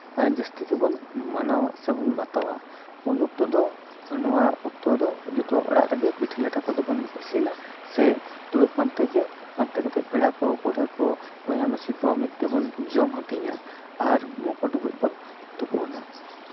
ᱡᱟᱹᱥᱛᱤ ᱜᱮᱵᱚᱱ ᱢᱟᱱᱟᱣᱟ ᱥᱮᱵᱚᱱ ᱵᱟᱛᱟᱣᱟ ᱩᱱ ᱚᱠᱛᱚ ᱫᱚ ᱱᱚᱣᱟ ᱚᱠᱛᱚ ᱫᱚ ᱡᱚᱛᱚ ᱚᱲᱟᱜ ᱨᱮᱜᱮ ᱯᱤᱴᱷᱟᱹ ᱞᱟᱴᱷᱟ ᱠᱚᱫᱚᱵᱚᱱ ᱤᱥᱤᱱᱟ ᱥᱮ ᱫᱩᱲᱩᱵ ᱯᱟᱱᱛᱮᱜᱮ ᱯᱟᱱᱛᱮ ᱠᱟᱛᱮᱜ ᱯᱮᱲᱟ ᱠᱚ ᱯᱟᱲᱦᱟᱹ ᱠᱚ ᱵᱚᱭᱦᱟ ᱢᱤᱥᱤ ᱠᱚ ᱢᱤᱫᱛᱮ ᱵᱚᱱ ᱡᱚᱢ ᱦᱟᱴᱤᱧᱟ ᱟᱨ ᱢᱚᱠᱚᱨ ᱰᱩᱵᱟᱹ ᱵᱚᱱ ᱛᱩᱯᱩᱱᱟ